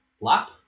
lap